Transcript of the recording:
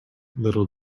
little